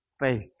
Faith